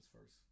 first